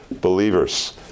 believers